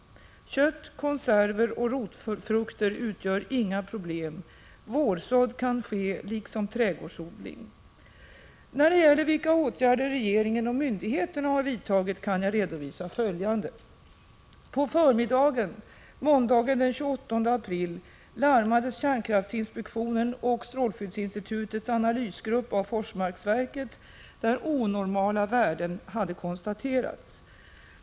Kött, konserver och rotfrukter utgör inga problem. Vårsådd kan ske liksom trädgårdsodling. När det gäller vilka åtgärder som regeringen och myndigheterna har vidtagit kan jag redovisa följande. På förmiddagen måndagen den 28 april larmades kärnkraftinspektionen och strålskyddsinstitutets analysgrupp av Forsmarksverket, där onormala värden hade konstaterats.